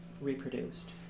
reproduced